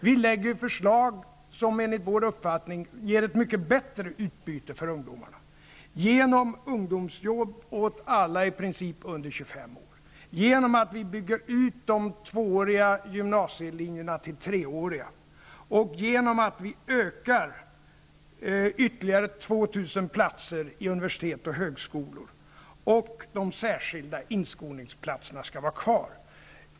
Vi lägger fram förslag, som enligt vår uppfattning ger ett mycket bättre utbyte för ungdomarna, nämligen ungdomsjobb åt i princip alla under 25 år, utbyggnad av tvååriga gymnasielinjer till treåriga och ökning med ytterligare 2 000 platser på universitet och högskolor, med bibehållande av de särskilda inskolningsplatserna.